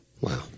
Wow